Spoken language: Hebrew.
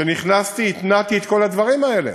כשנכנסתי התנעתי את כל הדברים האלה.